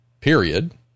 period